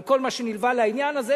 על כל מה שנלווה לעניין הזה.